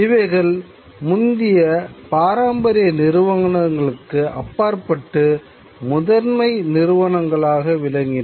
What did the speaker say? இவைகள் முந்தைய பாரம்பரிய நிறுவனங்களுக்கு அப்பாற்பட்டு முதன்மை நிறுவனங்களாக விளங்கின